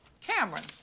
Cameron